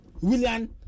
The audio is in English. william